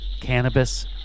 cannabis